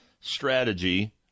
strategy